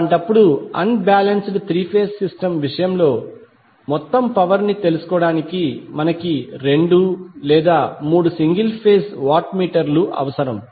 అలాంటప్పుడు unbalanced three phase system విషయంలో మొత్తం పవర్ ని తెలుసుకోవడానికి మనకు రెండు లేదా మూడు సింగిల్ ఫేజ్ వాట్ మీటర్ లు అవసరం